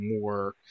more